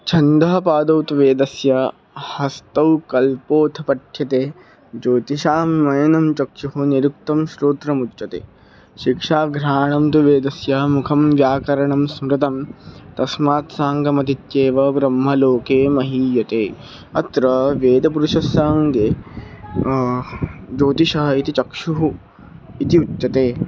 छन्दः पादौ तु वेदस्य हस्तौ कल्पोऽथ पठ्यते ज्योतिषामयनं चक्षुः निरुक्तं श्रोत्रमुच्यते शिक्षा घ्राणं तु वेदस्य मुखं व्याकरणं स्मृतं तस्मात् साङ्गमधीत्यैव ब्रह्मलोके महीयते अत्र वेदपुरुषस्याङ्गे ज्योतिषः इति चक्षुः इति उच्यते